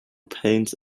paints